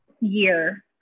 year